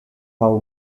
how